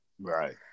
Right